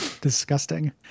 Disgusting